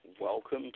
welcome